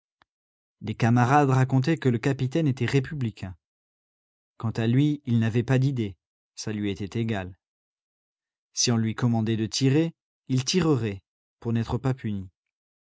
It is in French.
des camarades racontaient que le capitaine était républicain quant à lui il n'avait pas d'idée ça lui était égal si on lui commandait de tirer il tirerait pour n'être pas puni